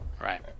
right